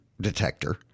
detector